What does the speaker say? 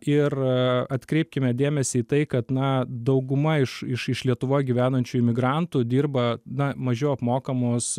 ir atkreipkime dėmesį į tai kad na dauguma iš iš iš lietuvoj gyvenančių imigrantų dirba na mažiau apmokamus